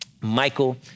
Michael